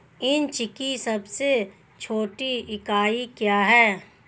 Inch की सबसे छोटी इकाई क्या है?